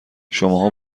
شماها